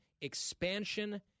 expansion